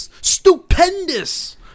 stupendous